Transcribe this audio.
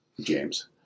James